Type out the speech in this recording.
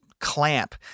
clamp